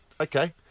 okay